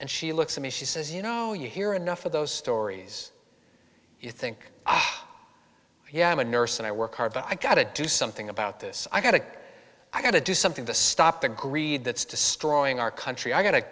and she looks at me she says you know you hear enough of those stories you think i yam a nurse and i work hard but i gotta do something about this i got a kick i gotta do something to stop the greed that's destroying our country i'm go